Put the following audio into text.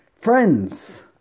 friends